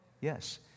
yes